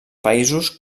països